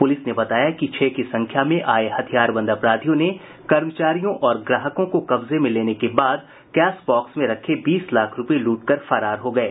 police बताया कि छह की संख्या में आए हथियारबंद अपराधियों ने कर्मचारियों और ग्राहकों को कब्जे में लेने के बाद कैशबाक्स में रखे बीस लाख रुपये लूट कर फरार हो गये